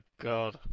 God